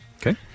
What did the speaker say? Okay